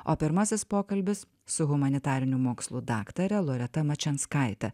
o pirmasis pokalbis su humanitarinių mokslų daktare loreta mačianskaite